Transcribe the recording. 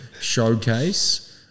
showcase